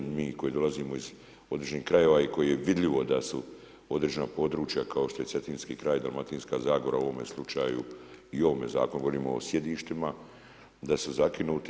Mi koji dolazimo iz određenih krajeva i koji je vidljivo da su određena područja kao što je Cetinskih kraj, Dalmatinska zagora u ovome slučaju i ovome zakonu govorimo o sjedištima, da su zakinuti.